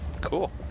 cool